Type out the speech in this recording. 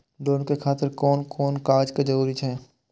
Loan के खातिर कोन कोन कागज के जरूरी छै?